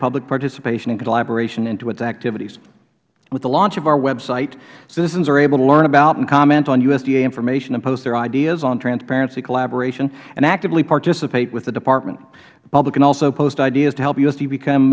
public participation and collaboration into its activities with the launch of our website citizens are able to learn about and comment on usda information and post their ideas on transparency and collaboration and actively participate with the department the public can also post ideas to help usda become